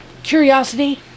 curiosity